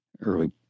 early